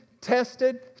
tested